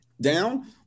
down